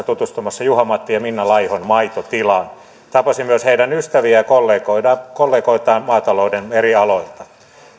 tutustumassa juha matti ja minna laihon maitotilaan tapasin myös heidän ystäviään ja kollegoitaan kollegoitaan maatalouden eri aloilta